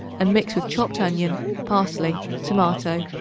and mix with chopped onion, parsley, tomato,